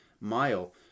mile